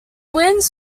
winds